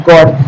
God